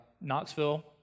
Knoxville